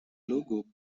logo